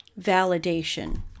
validation